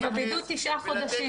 אנחנו בבידוד תשעה חודשים.